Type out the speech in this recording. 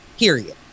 period